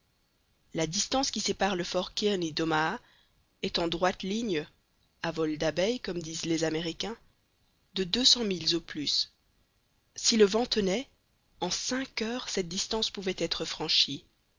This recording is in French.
la distance qui sépare le fort kearney d'omaha est en droite ligne à vol d'abeille comme disent les américains de deux cents milles au plus si le vent tenait en cinq heures cette distance pouvait être franchie